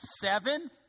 Seven